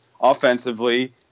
offensively